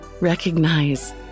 recognize